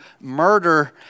murder